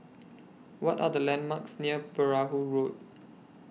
What Are The landmarks near Perahu Road